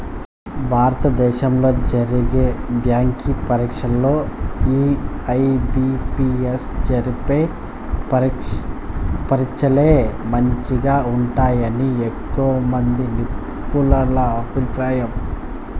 భారత దేశంలో జరిగే బ్యాంకి పరీచ్చల్లో ఈ ఐ.బి.పి.ఎస్ జరిపే పరీచ్చలే మంచిగా ఉంటాయని ఎక్కువమంది నిపునుల అభిప్రాయం